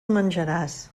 menjaràs